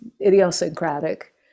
idiosyncratic